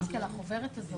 החוברת הזאת,